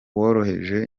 woroheje